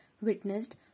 witnessed